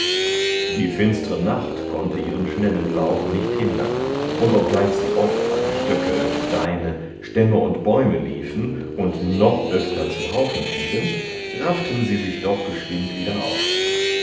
die finstre nacht konnte ihren schnellen lauf nicht hindern und obgleich sie oft an stöcke steine stämme und bäume liefen und noch öfter zuhaufen fielen rafften sie sich doch geschwind wieder auf